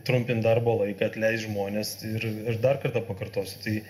trumpint darbo laiką atleist žmones ir aš dar kartą pakartosiu tai